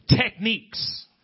Techniques